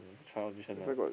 child edition ah